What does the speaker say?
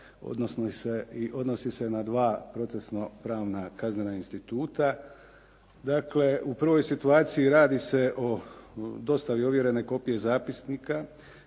odnosi se na dva procesno pravna kaznena instituta. Dakle u prvoj situaciji radi se o dostavi ovjerene kopije zapisnika